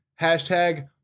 hashtag